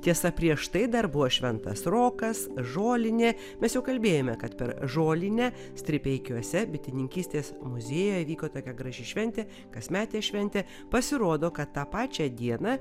tiesa prieš tai dar buvo šventas rokas žolinė mes jau kalbėjome kad per žolinę stripeikiuose bitininkystės muziejuje vyko tokia graži šventė kasmetė šventė pasirodo kad tą pačią dieną